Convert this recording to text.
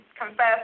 confess